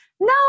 No